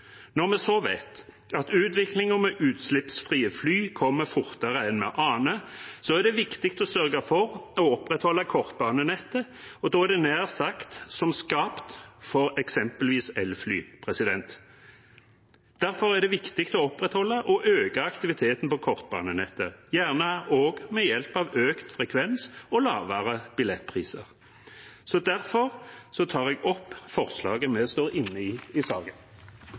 Når vi så vet at utviklingen med utslippsfrie fly kommer fortere enn vi aner, er det viktig å sørge for å opprettholde kortbanenettet, og da er det nær sagt som skapt for eksempelvis elfly. Derfor er det viktig å opprettholde og øke aktiviteten på kortbanenettet, gjerne også med hjelp av økt frekvens og lavere billettpriser. Derfor tar jeg opp forslaget vi står inne i i saken